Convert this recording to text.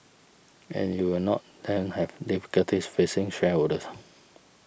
and you will not then have difficulties facing shareholders